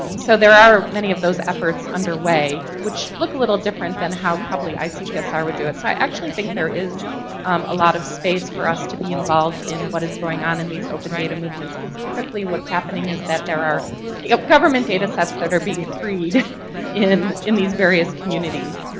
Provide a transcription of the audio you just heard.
um so there are many of those efforts underway which look a little different than how probably icpsr would do it. so i actually think there is a lot of space for us to be involved in what is going on in these open data movements because typically what's happening is that there are ah government datasets that are being freed in in these various communities,